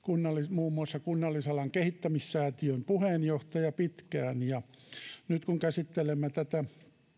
muun muassa kunnallisalan kehittämissäätiön puheenjohtaja pitkään nyt kun käsittelemme tätä